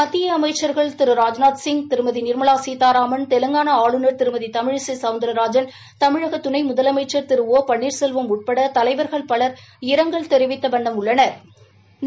மத்திய அமைச்சாகள் திரு ராஜ்நாத்சிங் திருமதி நிாமலா சீதாராமன் தெலங்கானா ஆளுநர் திருமதி தமிழிசை சௌந்தர்ராஜன் தமிழக துணை முதலனமச்சன் திரு ஒ பன்னீர்செல்வம் உட்பட தலைவர்கள் பல் இரங்கல் தெரிவித்த வண்ணம் உள்ளனா்